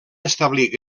establir